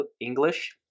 English